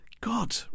God